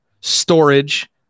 storage